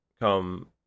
come